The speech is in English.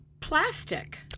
plastic